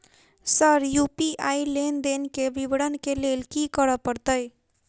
Sir UPI लेनदेन केँ विवरण केँ लेल की करऽ परतै?